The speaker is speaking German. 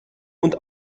und